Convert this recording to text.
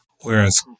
Whereas